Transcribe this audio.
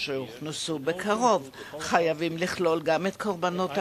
שיוכנסו בקרוב חייבים לכלול גם את קורבנות השואה,